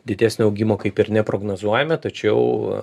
didesnio augimo kaip ir neprognozuojame tačiau